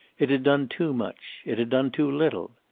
it had done too much. it had done too little.